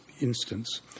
instance